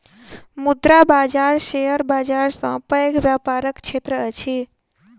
मुद्रा बाजार शेयर बाजार सॅ पैघ व्यापारक क्षेत्र अछि